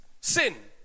sin